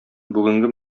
бүгенге